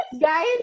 Guys